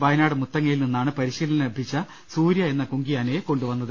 വയനാട് മുത്തങ്ങയിൽ നിന്നാണ് പരിശീലനം ലഭിച്ച സൂര്യ എന്ന കുങ്കിയാനയെ കൊണ്ടുവന്നത്